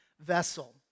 vessel